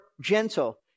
gentle